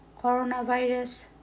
coronavirus